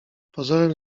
pozorem